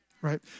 right